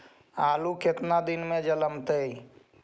आलू केतना दिन में जलमतइ?